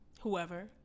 whoever